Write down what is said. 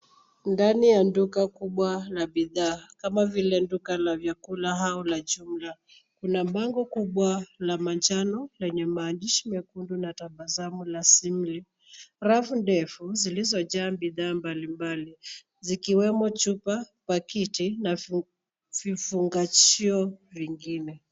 Ndani ya duka kubwa la bidhaa kama vile duka la vyakula au la jumla, kuna bango kubwa la manjano lenye maandishi mekundu na tabasamu la sizzling . Rafu ndefu zilizojaa bidhaa mbalimbali zikiwemo chupa, pakiti na vifungashio vingine.